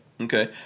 Okay